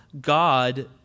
God